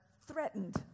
threatened